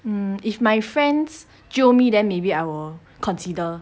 um if my friends jio me then maybe I will consider